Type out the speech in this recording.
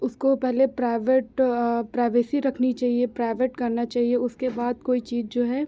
उसको पहले private privacy रखनी चाहिए प्राइवेट करना चाहिए उसके बाद कोई चीज जो है